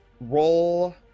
Roll